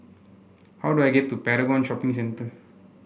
how do I get to Paragon Shopping Centre